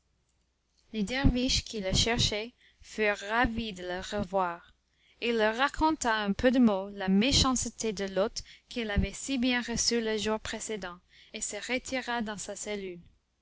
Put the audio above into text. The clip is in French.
derviches qui le cherchaient furent ravis de le revoir il leur raconta en peu de mots la méchanceté de l'hôte qu'il avait si bien reçu le jour précédent et se retira dans sa cellule